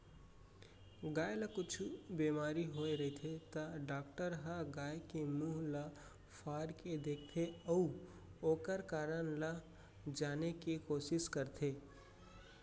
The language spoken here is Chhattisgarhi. गाय ल कुछु बेमारी होय रहिथे त डॉक्टर ह गाय के मुंह ल फार के देखथें अउ ओकर कारन ल जाने के कोसिस करथे